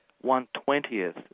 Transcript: one-twentieth